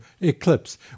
eclipse